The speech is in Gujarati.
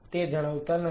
તે જણાવતા નથી